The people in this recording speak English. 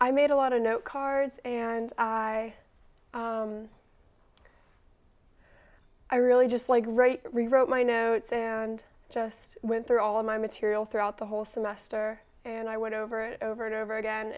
i made a lot of note cards and i i really just like write rewrote my notes and just went through all my material throughout the whole semester and i went over it over and over again